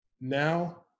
now